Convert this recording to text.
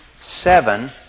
seven